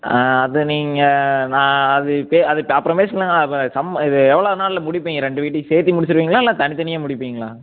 ஆ அது நீங்கள் நான் அது அது இப்பையே அது அப்புறம் பேசிக்கலாம்ங்க அது சம்ம இது எவ்வளோ நாளில் முடிப்பிங்க ரெண்டு வீட்டையும் சேர்த்தி முடிச்சிருவிங்களா இல்லை தனித் தனியாக முடிப்பிங்களா